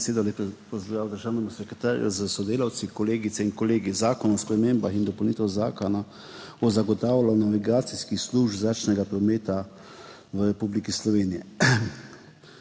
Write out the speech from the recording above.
besedo. Lep pozdrav državnemu sekretarju s sodelavci, kolegicam in kolegom! Zakon o spremembah in dopolnitvah Zakona o zagotavljanju navigacijskih služb zračnega prometa v Republiki Sloveniji.